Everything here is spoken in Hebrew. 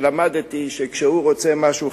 שלמדתי שכשהוא רוצה משהו,